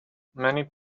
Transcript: many